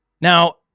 Now